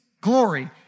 glory